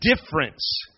difference